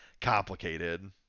complicated